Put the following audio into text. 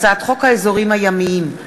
הצעת חוק האזורים הימיים,